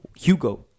Hugo